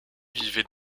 vivait